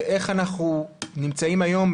ואיך אנחנו נמצאים היום,